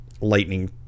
lightning